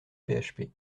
php